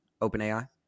OpenAI